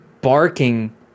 barking